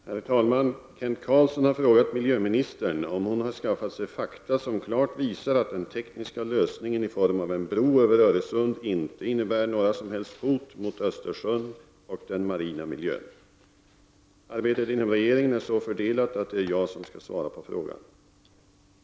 Herr talman! Kent Carlsson har frågat miljöministern om hon har skaffat sig fakta som klart visar att den ”tekniska lösningen” i form av en bro över Öresund inte innebär några som helst hot mot Östersjön och den marina miljön. Arbetet inom regeringen är så fördelat att det är jag som skall svara på frågan.